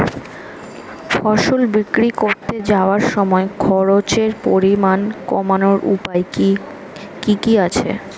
ফসল বিক্রি করতে যাওয়ার সময় খরচের পরিমাণ কমানোর উপায় কি কি আছে?